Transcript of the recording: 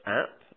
app